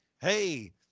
hey